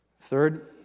Third